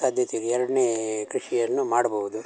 ಸಾಧ್ಯತೆ ಇದೆ ಎರಡನೇ ಕೃಷಿಯನ್ನು ಮಾಡ್ಬೌದು